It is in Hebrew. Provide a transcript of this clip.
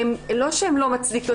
לא שהן לא מצדיקות,